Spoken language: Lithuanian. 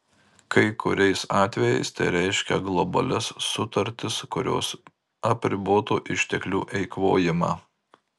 kai kuriais atvejais tai reiškia globalias sutartis kurios apribotų išteklių eikvojimą